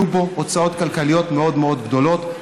יהיו בו הוצאות כלכליות מאוד מאוד גדולות,